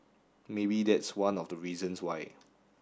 maybe that's one of the reasons why